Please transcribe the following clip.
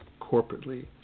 corporately